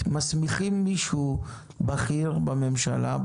מסמיכים מישהו בכיר בממשלה,